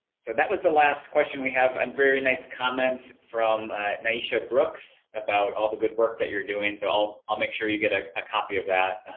so that was the last question we have, a and very nice comment from nyesha brooks, about all the good work that you're doing, so i'll i'll make sure you get ah a copy of that.